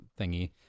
thingy